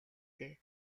дээ